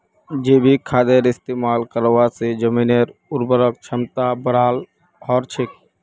जैविक खादेर इस्तमाल करवा से जमीनेर उर्वरक क्षमता बनाल रह छेक